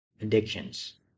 addictions